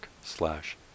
slash